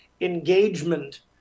engagement